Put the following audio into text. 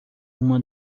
uma